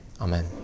Amen